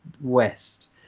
West